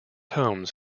homes